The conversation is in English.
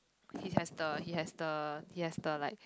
he has the he has the he has the like